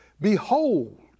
Behold